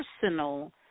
personal